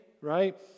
right